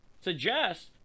suggest